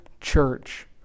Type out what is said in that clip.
church